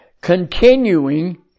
continuing